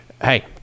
Hey